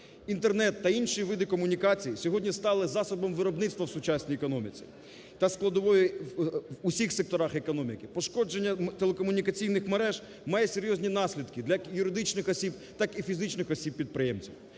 Інтернет та інші види комунікацій сьогодні стали засобом виробництва в сучасній економіці та складовою в усіх секторах економіки. Пошкодження телекомунікаційних мереж має серйозні наслідки як для юридичних осіб, так і фізичних осіб - підприємців.